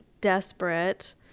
desperate